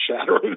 shattering